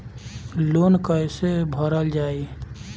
Loan कैसे भरल जाइ?